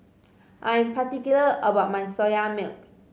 I am particular about my Soya Milk